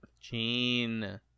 Gene